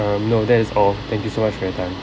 um no that is all thank you so much for your time